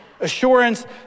Assurance